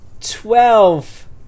twelve